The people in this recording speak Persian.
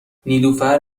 نیلوفر